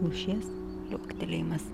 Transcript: lūšies liuoktelėjimas